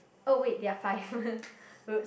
oh wait there are five !oops!